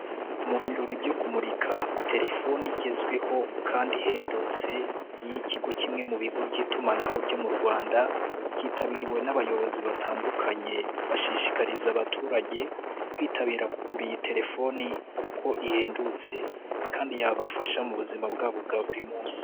Mu birori byo kumurika telefoni igezweho kandi ihendutse y'ikigo kimwe mu bigo by'itumanaho byo mu Rwanda, byitabiriwe n'abayobozi batandukanye bashishikariza abaturage kwitabira kugura iyi telefoni kuko ihendutse kandi yabafasha mu buzima bwabo bwa buri munsi.